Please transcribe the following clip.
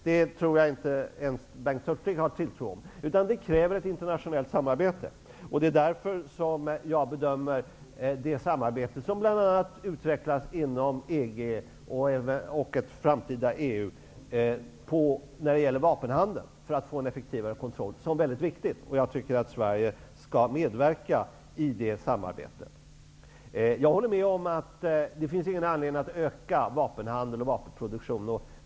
Det tror jag inte ens att Bengt Hurtig tror på. Det kräver ett internationellt samarbete. Därför bedömer jag det samarbete som bl.a. utvecklas inom EG och ett framtida EU för att få en effektivare kontroll över vapenhandeln som mycket viktigt. Jag tycker att Sverige skall medverka i det samarbetet. Jag håller med om att det inte finns någon anledning att öka vapenhandeln och vapenproduktionen.